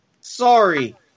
Sorry